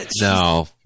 No